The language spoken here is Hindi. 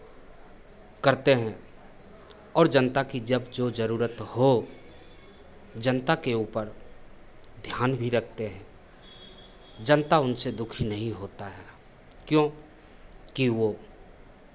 करते हैं और जनता की जब जो ज़रूरत हो जनता के ऊपर ध्यान भी रखते हैं जनता उनसे दुःखी नहीं होता है क्योंकि वो